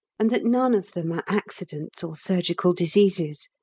and that none of them are accidents or surgical diseases.